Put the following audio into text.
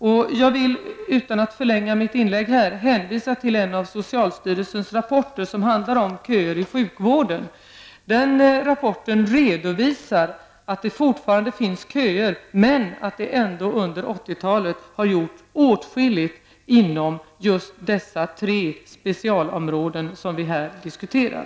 För att inte förlänga mitt inlägg vill jag hänvisa till en av socialstyrelsens rapporter som handlar om köerna i sjukvården. Den rapporten redovisar att det fortfarande finns köer men att vi ändå under 1980-talet gjort åtskilligt inom just de tre specialområden som vi här diskuterar.